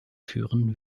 führen